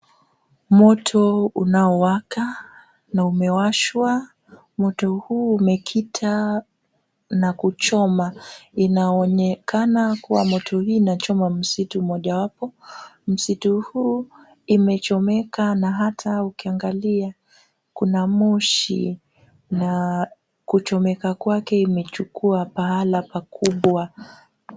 Moto unaowaka na umewashwa, moto huu umekita na kuchoma. Inaonekana kuwa moto hii inachoma msitu mojawapo, msitu huu imechomeka na hata ukiangalia kuna moshi na kuchomeka kwake imechukua pahala pakubwa.